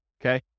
okay